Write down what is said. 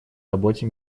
работе